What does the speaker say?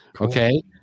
Okay